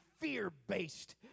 fear-based